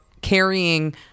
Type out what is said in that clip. carrying